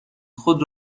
خود